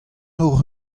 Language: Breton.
hocʼh